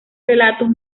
relatos